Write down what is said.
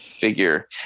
figure